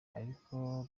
ariko